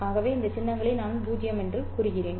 ஆகவே இந்த சின்னங்களை நான் 0 எனக் குறிக்கிறேன்